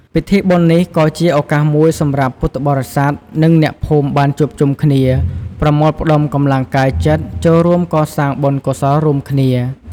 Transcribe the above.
ពិធីបុណ្យនេះក៏ជាឱកាសមួយសម្រាប់ពុទ្ធបរិស័ទ និងអ្នកភូមិបានជួបជុំគ្នា ប្រមូលផ្ដុំកម្លាំងកាយចិត្តចូលរួមកសាងបុណ្យកុសលរួមគ្នា។